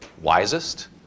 wisest